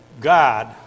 God